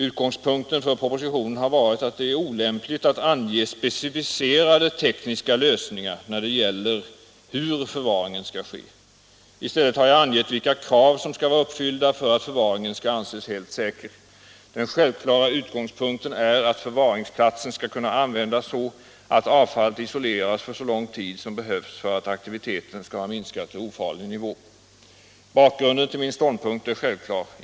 Utgångspunkten för propositionen har varit att det är olämpligt att ange specificerade tekniska lösningar när det gäller hur förvaringen skall ske. I stället har jag angett vilka krav som skall vara uppfyllda för att förvaringen skall anses helt säker. Den självklara utgångspunkten är att förvaringsplatsen skall kunna användas så att avfallet isoleras för så lång tid som behövs för att aktiviteten skall ha minskat till ofarlig nivå. Bakgrunden till min ståndpunkt är självklar.